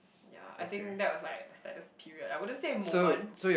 yeah I think that was like the saddest period I wouldn't say a moment